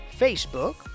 Facebook